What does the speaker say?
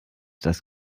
dass